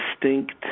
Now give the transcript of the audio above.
distinct